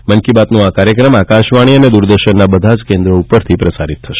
આ મન કી બાતનો કાર્યક્રમ આકાશવાણી અને દુરદર્શનના બધા જ કેન્દ્રો ઉપરથી પ્રસારિત થશે